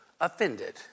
offended